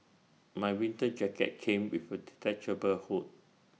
my winter jacket came with A detachable hood